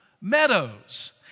meadows